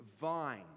vine